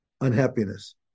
unhappiness